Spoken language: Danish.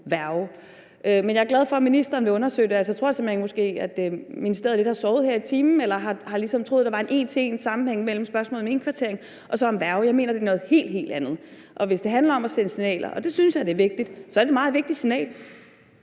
Men jeg er glad for, at ministeren vil undersøge det. For jeg tror, at ministeriet har sovet lidt i timen eller ligesom har troet, at der var en en til en sammenhæng mellem spørgsmålet om indkvartering og så spørgsmålet om værge. Jeg mener, det er noget helt, helt andet. Og hvis det handler om at sende signaler – og det synes jeg er vigtigt – er det et meget vigtigt signal,